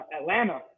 Atlanta